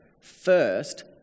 First